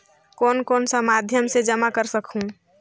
कौन कौन सा माध्यम से जमा कर सखहू?